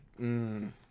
mmm